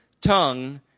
tongue